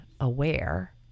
aware